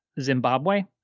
Zimbabwe